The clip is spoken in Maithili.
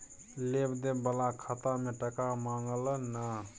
लेब देब बला खाता मे टका मँगा लय ना